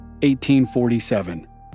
1847